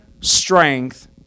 strength